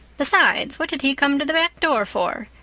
besides, what did he come to the back door for?